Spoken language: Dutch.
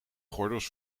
gordels